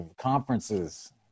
conferences